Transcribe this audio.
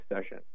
session